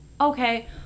okay